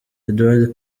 eduardo